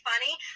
funny